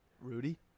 Rudy